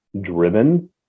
driven